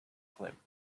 clipped